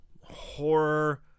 horror